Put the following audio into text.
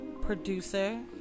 producer